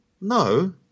No